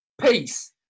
peace